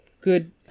good